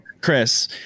Chris